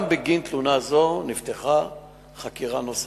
גם בגין תלונה זו נפתחה חקירה, נוספת.